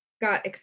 got